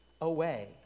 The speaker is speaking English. away